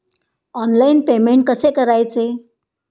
Online payment कसे करायचे?